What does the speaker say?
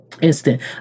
instant